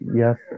yes